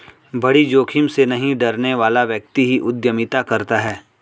बड़ी जोखिम से नहीं डरने वाला व्यक्ति ही उद्यमिता करता है